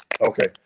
Okay